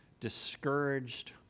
discouraged